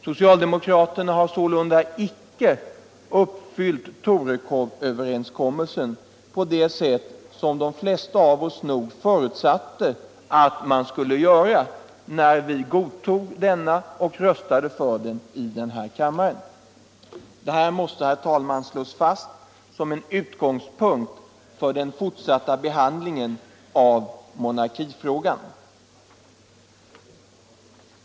Socialdemokraterna har sålunda icke uppfyllt Torekovöverenskommelsen på det sätt som de flesta av oss nog förutsatte att man skulle göra när vi godtog denna och röstade för den här i kammaren. Det måste, herr talman, slås fast som en utgångspunkt för den fortsatta behandlingen av monarkifrågan.